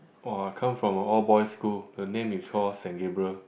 [wah] come from a all boys school the name is called Saint-Gabriel